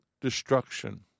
destruction